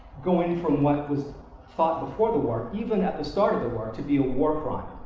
going from what was thought before the war, even at the start of the war, to be a war crime